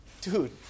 Dude